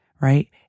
right